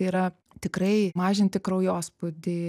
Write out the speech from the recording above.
yra tikrai mažinti kraujospūdį